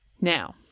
Now